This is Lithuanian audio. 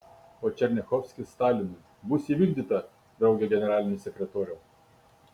o černiachovskis stalinui bus įvykdyta drauge generalinis sekretoriau